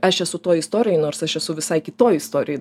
aš esu toj istorijoj nors aš esu visai kitoj istorijoj